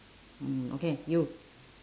mm okay you